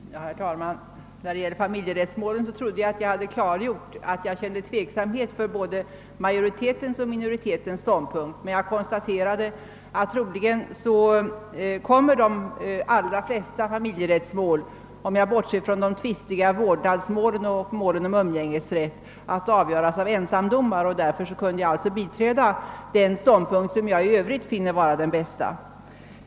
Herr talman! När det gäller familjerättsmålen trodde jag att jag hade klargjort att jag känner tveksamhet inför både majoritetens och minoritetens ståndpunkt, men jag konstaterade att de allra flesta familjerättsmål, om jag bortser från de tvistiga vårdnadsmålen och målen om umgängesrätt, troligen kommer att avgöras av ensamdomare. Därför kunde jag biträda den ståndpunkt som jag i övrigt finner vara den bästa.